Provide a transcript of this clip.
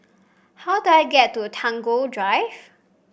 how do I get to Tagore Drive